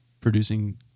producing